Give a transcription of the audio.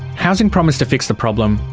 housing promised to fix the problem,